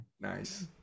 Nice